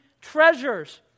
treasures